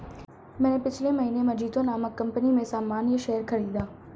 मैंने पिछले महीने मजीतो नामक कंपनी में सामान्य शेयर खरीदा